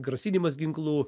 grasinimas ginklu